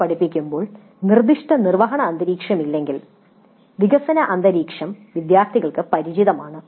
ഭാഷ പഠിപ്പിക്കുമ്പോൾ നിർദ്ദിഷ്ട നിർവ്വഹണ അന്തരീക്ഷം അല്ലെങ്കിൽ വികസന അന്തരീക്ഷം വിദ്യാർത്ഥികൾക്ക് പരിചിതമാണ്